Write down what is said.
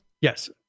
Yes